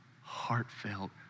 heartfelt